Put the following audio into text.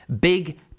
big